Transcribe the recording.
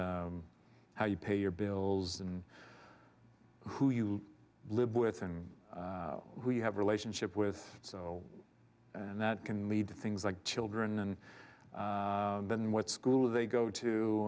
how you pay your bills and who you live with and who you have a relationship with so and that can lead to things like children and then what school they go to